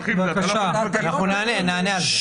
אנחנו נענה על זה.